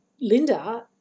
Linda